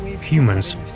humans